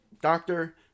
doctor